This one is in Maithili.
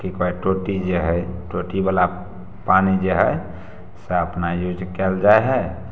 कि कहै है टोटी जे है टोटी बला पानि जे है से अपना यूज कयल जाइ है